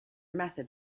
method